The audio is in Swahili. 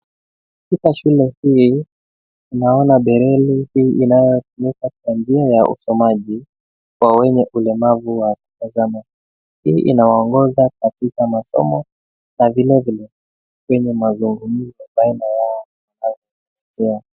Katika shule hii, tunaone dereli hii inayotumika kwa njia ya usomaji kwa wenye ulemavu wa kutazama. Hii inawaongoza katika masomo na vilevile kwenye mazungumzo baina yao.